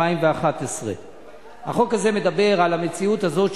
התשע"א 2011. החוק הזה מדבר על המציאות הזאת,